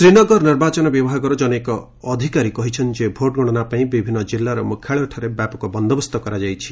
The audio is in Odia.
ଶ୍ରୀନଗର ନିର୍ବାଚନ ବିଭାଗର ଜନୈକ ଅଧିକାରୀ କହିଛନ୍ତି ଯେ ଭୋଟ୍ ଗଣନା ପାଇଁ ବିଭିନ୍ନ ଜିଲ୍ଲାର ମୁଖ୍ୟାଳୟଠାରେ ବ୍ୟାପକ ବନ୍ଦୋବସ୍ତ କରାଯାଇଛି